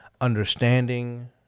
understanding